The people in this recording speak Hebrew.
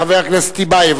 חבר הכנסת טיבייב.